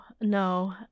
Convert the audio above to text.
no